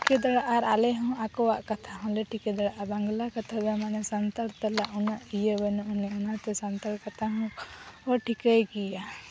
ᱴᱷᱤᱠᱟᱹ ᱫᱟᱲᱮᱭᱟᱜᱼᱟ ᱟᱨ ᱟᱞᱮᱦᱚᱸ ᱟᱠᱚᱣᱟᱜ ᱠᱟᱛᱷᱟ ᱦᱚᱸᱞᱮ ᱴᱷᱤᱠᱟᱹ ᱫᱟᱲᱮᱭᱟᱜᱼᱟ ᱵᱟᱝᱞᱟ ᱠᱟᱛᱷᱟ ᱫᱚ ᱢᱟᱱᱮ ᱥᱟᱱᱛᱟᱲᱛᱮ ᱩᱱᱟᱹᱜ ᱤᱭᱟᱹ ᱵᱟᱹᱱᱩᱜ ᱟᱹᱱᱤᱡ ᱚᱱᱟᱛᱮ ᱥᱟᱱᱛᱟᱲ ᱠᱟᱛᱷᱟᱦᱚᱸ ᱠᱚ ᱴᱷᱤᱠᱟᱹᱭ ᱜᱮᱭᱟ